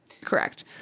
Correct